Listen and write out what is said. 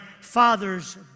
Father's